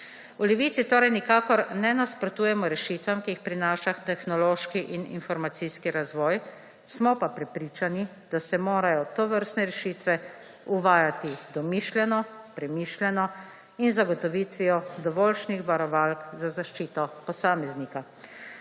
V Levici torej nikakor ne nasprotujemo rešitvam, ki jih prinaša tehnološki in informacijski razvoj, smo pa prepričani, da se morajo tovrstne rešitve uvajati domišljeno, premišljeno in z zagotovitvijo dovoljšnjih varovalk za zaščito posameznika.